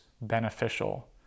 beneficial